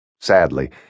Sadly